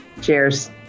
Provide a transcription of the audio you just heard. Cheers